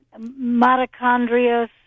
Mitochondria